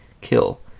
kill